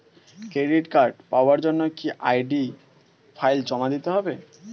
Credit card পাওয়ার জন্য কি আই.ডি ফাইল জমা দিতে হবে?